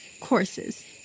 courses